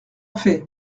fait